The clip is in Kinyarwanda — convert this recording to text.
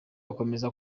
akomeza